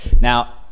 now